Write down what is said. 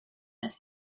his